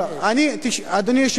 אדוני היושב-ראש,